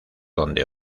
donde